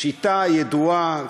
שיטה ידועה.